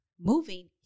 moving